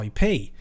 IP